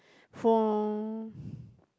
for